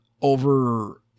over